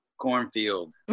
Cornfield